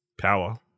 power